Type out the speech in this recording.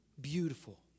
beautiful